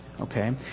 okay